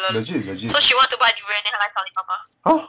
legit legit !huh!